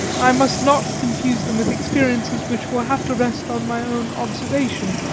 i must not confuse them with experiences which will have to rest on my own observation,